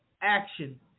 action